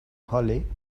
hollie